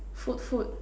food food